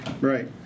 Right